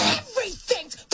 everything's